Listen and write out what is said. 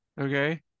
Okay